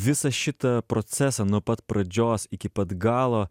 visą šitą procesą nuo pat pradžios iki pat galo